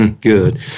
Good